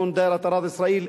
שבמהלכן סבל האזרח.